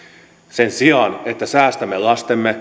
sen sijaan että säästämme lasten